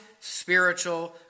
spiritual